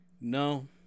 No